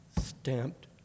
stamped